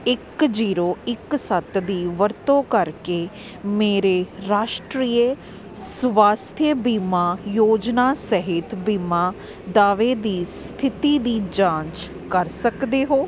ਇੱਕ ਜੀਰੋ ਇੱਕ ਸੱਤ ਦੀ ਵਰਤੋਂ ਕਰਕੇ ਮੇਰੇ ਰਾਸ਼ਟਰੀਯ ਸਵਾਸਥਯ ਬੀਮਾ ਯੋਜਨਾ ਸਿਹਤ ਬੀਮਾ ਦਾਅਵੇ ਦੀ ਸਥਿਤੀ ਦੀ ਜਾਂਚ ਕਰ ਸਕਦੇ ਹੋ